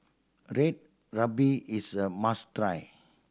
Red Ruby is a must try